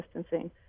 distancing